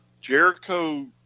Jericho